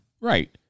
Right